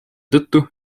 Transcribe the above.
tõttu